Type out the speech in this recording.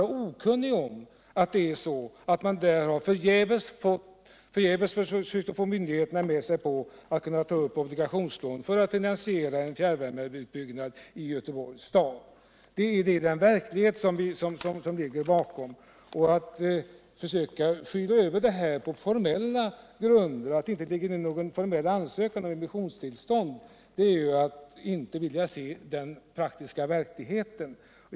På bostadsdepartementet borde man alltså inte vara okunnig om att kommunen förgäves försökt få myndigheterna att gå med på att man tar upp obligationslån för att finansiera en fjärrvärmeutbyggnad i Göteborgs stad. Det är den verklighet som föreligger. Att försöka skyla över detta med att säga att det inte finns någon formell ansökan om emissions tillstånd, det är ju att inte vilja se den praktiska verkligheten.